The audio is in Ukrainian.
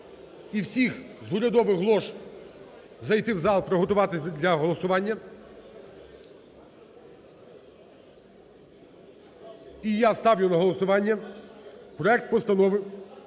і всіх з урядових лож зайти в зал, приготуватися для голосування. І я ставлю на голосування проект Постанови